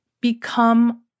Become